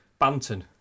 Banton